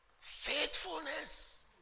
Faithfulness